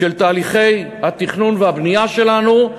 של תהליכי התכנון והבנייה שלנו,